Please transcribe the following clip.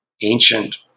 ancient